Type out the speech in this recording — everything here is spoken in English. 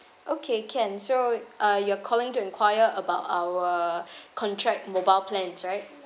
okay can so uh you are calling to enquire about our contract mobile plans right